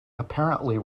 apparently